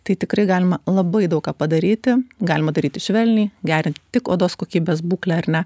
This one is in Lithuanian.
tai tikrai galima labai daug ką padaryti galima daryti švelniai gerint tik odos kokybės būklę ar ne